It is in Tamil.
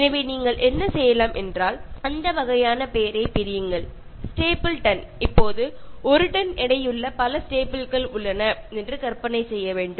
எனவே நீங்கள் என்ன செய்யலாம் என்றால் அந்த வகையான பெயரைப் பிரியுங்கள் ஸ்டேபிள் டன் இப்போது ஒரு டன் எடையுள்ள பல ஸ்டேபிள்ஸ் உள்ளன என்று கற்பனை செய்ய வேண்டும்